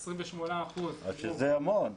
זה המון.